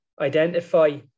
identify